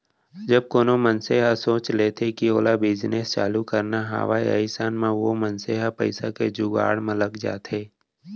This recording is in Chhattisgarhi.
जब कोनो मनसे ह सोच लेथे कि ओला बिजनेस चालू करना हावय अइसन म ओ मनसे ह पइसा के जुगाड़ म लग जाथे